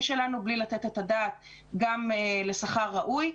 שלנו בלי לתת את הדעת גם על שכר ראוי.